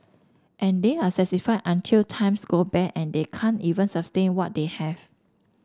and they are satisfied until times go bad and they can't even sustain what they have